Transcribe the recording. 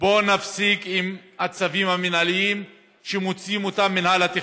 בוא נפסיק עם הצווים המינהליים שמוציאים ממינהל התכנון.